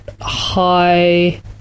high